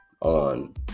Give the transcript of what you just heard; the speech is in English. on